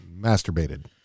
Masturbated